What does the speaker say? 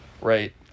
right